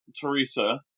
Teresa